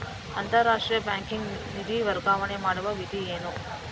ಅಂತಾರಾಷ್ಟ್ರೀಯ ಬ್ಯಾಂಕಿಗೆ ನಿಧಿ ವರ್ಗಾವಣೆ ಮಾಡುವ ವಿಧಿ ಏನು?